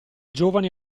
giovane